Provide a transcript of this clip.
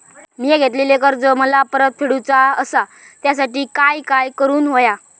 मिया घेतलेले कर्ज मला परत फेडूचा असा त्यासाठी काय काय करून होया?